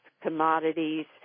commodities